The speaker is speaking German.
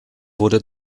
wurde